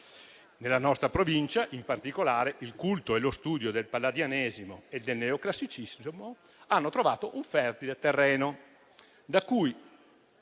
Nella nostra Provincia in particolare, il culto e lo studio del palladianesimo e del neoclassicismo hanno trovato un fertile terreno da cui